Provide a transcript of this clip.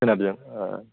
सोनाबजों ओ